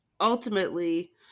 ultimately